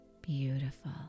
Beautiful